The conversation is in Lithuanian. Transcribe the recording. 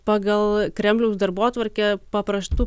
pagal kremliaus darbotvarkę paprastų